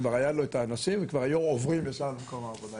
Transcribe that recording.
כבר היה לו את האנשים וכבר היו עוברים ישר לעבודה,